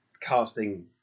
casting